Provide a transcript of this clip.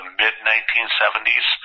mid-1970s